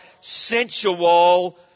sensual